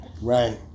Right